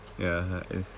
ya that is